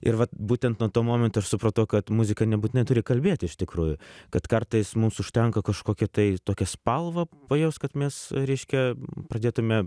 ir vat būtent nuo to momento aš supratau kad muzika nebūtinai turi kalbėt iš tikrųjų kad kartais mums užtenka kažkokią tai tokią spalvą pajaust kad mes reiškia pradėtume